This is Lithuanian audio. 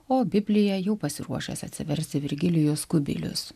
o bibliją jau pasiruošęs atsiversti virgilijus kubilius